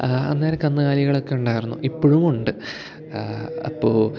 അന്നേരം കന്നുകാലികളൊക്കെ ഉണ്ടായിരുന്നു ഇപ്പോഴും ഉണ്ട് അപ്പോൾ